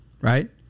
Right